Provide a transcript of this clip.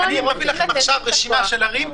אני מביא לכם עכשיו רשימה של ערים,